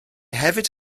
hefyd